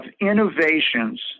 innovations